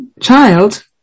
child